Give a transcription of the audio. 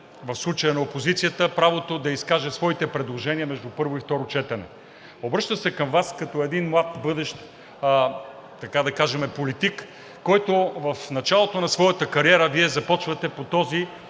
в случая на опозицията, правото да изкаже своите предложения между първо и второ четене. Обръщам се към Вас като един млад, бъдещ, така да кажем – политик, който е в началото на своята кариера. Вие започвате, как